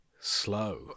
slow